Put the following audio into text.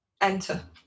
Enter